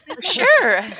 sure